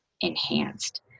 enhanced